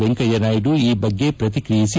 ವೆಂಕಯ್ಯ ನಾಯ್ದ ಈ ಬಗ್ಗೆ ಪ್ರತಿಕ್ರಿಯಿಸಿ